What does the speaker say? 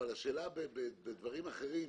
אבל השאלה בדברים אחרים,